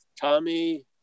Tommy